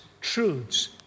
truths